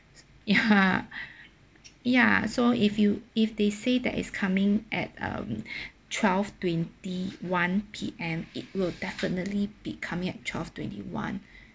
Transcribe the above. ya ya so if you if they say that is coming at um twelve twenty one P_M it will definitely be coming at twelve twenty one